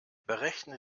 berechne